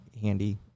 handy